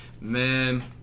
man